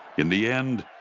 in the end,